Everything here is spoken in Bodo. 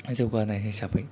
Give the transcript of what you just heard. जौगानाय हिसाबै